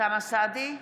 אוסאמה סעדי,